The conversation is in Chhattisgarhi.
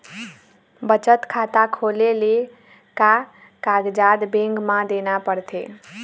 बचत खाता खोले ले का कागजात बैंक म देना पड़थे?